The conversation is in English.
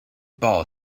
ball